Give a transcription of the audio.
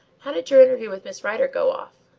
how did your interview with miss rider go off?